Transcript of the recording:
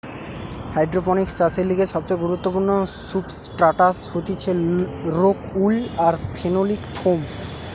hydroponics চাষের লিগে সবচেয়ে গুরুত্বপূর্ণ সুবস্ট্রাটাস হতিছে রোক উল আর ফেনোলিক ফোম